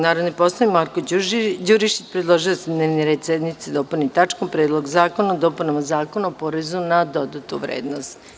Narodni poslanik Marko Đurišić predložio je da se dnevni red sednice dopuni tačkom – Predlog zakona o dopunama Zakona o porezu na dodatu vrednost.